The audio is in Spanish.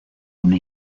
una